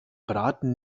braten